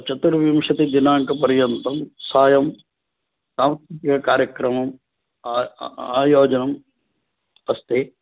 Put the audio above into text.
चतुर्विंशतिदिनाङ्कपर्यन्तं सायं सांस्कृतिककार्यक्रमः आ आयोजनम् अस्ति